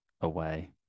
away